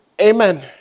amen